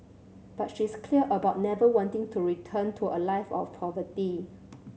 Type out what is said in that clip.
but she's clear about never wanting to return to a life of poverty